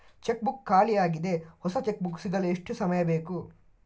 Check book ಖಾಲಿ ಯಾಗಿದೆ, ಹೊಸ ಚೆಕ್ ಬುಕ್ ಸಿಗಲು ಎಷ್ಟು ಸಮಯ ಬೇಕು?